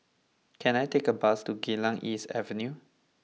can I take a bus to Geylang East Avenue